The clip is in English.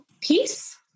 peace